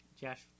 Josh